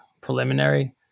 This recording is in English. preliminary